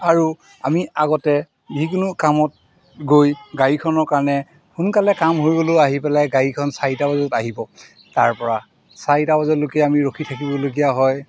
আৰু আমি আগতে যিকোনো কামত গৈ গাড়ীখনৰ কাৰণে সোনকালে কাম হৈ গ'লেও আহি পেলাই গাড়ীখন চাৰিটা বজাত আহিব তাৰপৰা চাৰিটা বজালৈকে আমি ৰখি থাকিবলগীয়া হয়